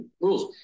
rules